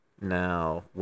Now